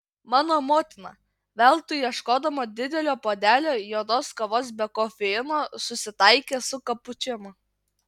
mano motina veltui ieškodama didelio puodelio juodos kavos be kofeino susitaikė su kapučinu